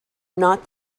not